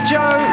Joe